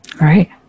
Right